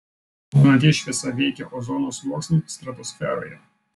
pilnaties šviesa veikia ozono sluoksnį stratosferoje